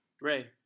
Ray